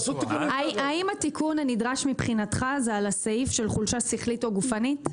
האם התיקון הנדרש מבחינתך זה על הסעיף של חולשה שכלית או גופנית?